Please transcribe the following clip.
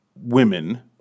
women